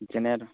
কেনে